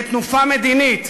לתנופה מדינית.